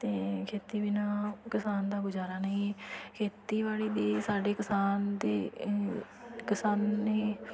ਅਤੇ ਖੇਤੀ ਬਿਨਾ ਕਿਸਾਨ ਦਾ ਗੁਜ਼ਾਰਾ ਨਹੀਂ ਖੇਤੀਬਾੜੀ ਦੀ ਸਾਡੇ ਕਿਸਾਨ ਦੇ ਕਿਸਾਨੀ